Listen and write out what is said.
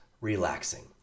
relaxing